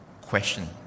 question